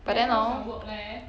then how's your work leh